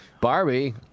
Barbie